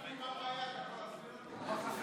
מה הבעיה, אתה יכול להסביר?